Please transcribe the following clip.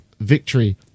victory